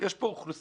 יש פה אוכלוסייה